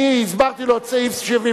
אני הסברתי לו את סעיף 77(ד).